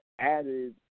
added